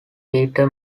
peter